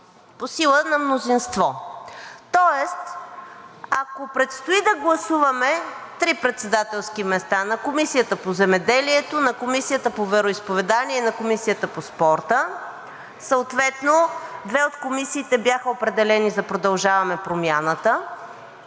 по сила на мнозинство. Тоест, ако предстои да гласуваме три председателски места на Комисията по земеделието, на Комисията по вероизповеданията и на Комисията по спорта, съответно две от комисиите бяха определени за „Продължаваме Промяната“,